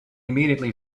immediately